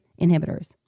inhibitors